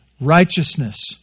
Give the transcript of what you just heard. Righteousness